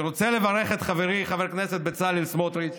אני רוצה לברך את חברי חבר הכנסת בצלאל סמוטריץ',